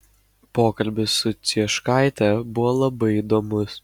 pokalbis su cieškaite buvo labai įdomus